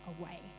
away